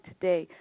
today